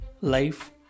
life